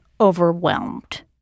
overwhelmed